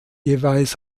jeweils